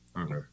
Okay